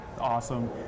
Awesome